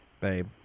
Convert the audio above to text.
babe